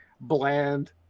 bland